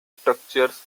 structures